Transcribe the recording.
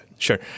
Sure